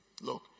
Look